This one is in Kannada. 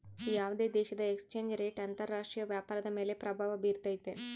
ಯಾವುದೇ ದೇಶದ ಎಕ್ಸ್ ಚೇಂಜ್ ರೇಟ್ ಅಂತರ ರಾಷ್ಟ್ರೀಯ ವ್ಯಾಪಾರದ ಮೇಲೆ ಪ್ರಭಾವ ಬಿರ್ತೈತೆ